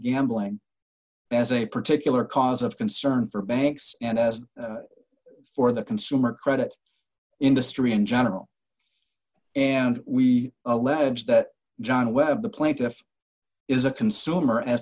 handling as a particular cause of concern for banks and as for the consumer credit industry in general and we allege that john webb the plaintiff is a consumer as